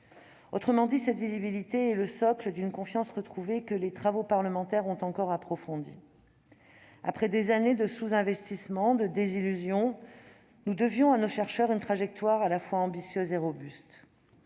Autrement dit, cette visibilité est le socle d'une confiance retrouvée, que les travaux parlementaires ont encore approfondie. Après des années de sous-investissements et de désillusions, nous devions à nos chercheurs une trajectoire à la fois ambitieuse et robuste,